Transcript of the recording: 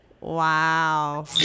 wow